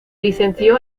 licenció